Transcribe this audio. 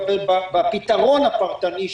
2) בפתרון הפרטני,